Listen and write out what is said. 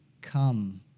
come